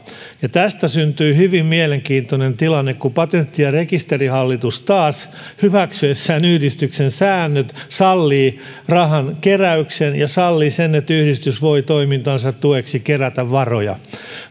ja tästä syntyi hyvin mielenkiintoinen tilanne kun patentti ja rekisterihallitus taas hyväksyessään yhdistyksen säännöt sallii rahankeräyksen ja sen että yhdistys voi toimintansa tueksi kerätä varoja